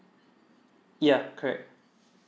yeah correct